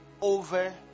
over